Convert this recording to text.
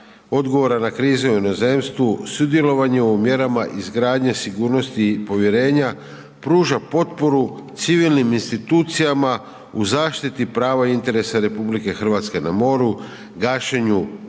odgovara na krize u inozemstvu, sudjelovanje u mjerama izgradnje sigurnosti i povjerenja pruža potporu civilnim institucijama u zaštiti prava interesa RH na moru, gašenju